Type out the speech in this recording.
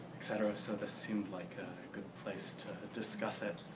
etc. so this seemed like a good place to discuss it,